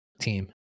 team